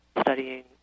studying